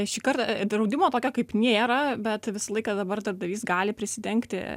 šį kartą draudimo tokio kaip nėra bet visą laiką dabar darbdavys gali prisidengti